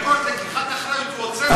לקיחת אחריות, הוא עוצר אותם.